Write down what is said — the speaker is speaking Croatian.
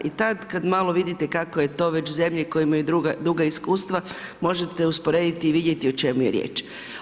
I tada kada malo vidite kako je to već zemlje koje imaju duga iskustva možete usporediti i vidjeti o čemu je riječ.